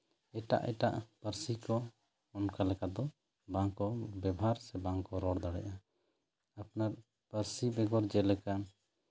ᱮᱴᱟᱜ ᱮᱴᱟᱜ ᱯᱟᱹᱨᱥᱤ ᱠᱚ ᱚᱱᱠᱟ ᱞᱮᱠᱟ ᱫᱚ ᱵᱟᱝ ᱠᱚ ᱵᱮᱵᱷᱟᱨ ᱥᱮ ᱵᱟᱝ ᱠᱚ ᱨᱚᱲ ᱫᱟᱲᱮᱭᱟᱜᱼᱟ ᱟᱯᱱᱟᱨ ᱯᱟᱹᱨᱥᱤ ᱵᱮᱜᱚᱨ ᱡᱮᱞᱮᱠᱟ